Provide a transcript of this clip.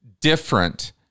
different